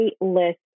list